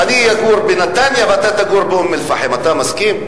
זה חילוקי הדעות.